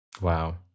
Wow